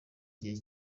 gihe